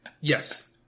Yes